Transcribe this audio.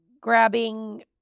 grabbing